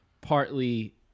partly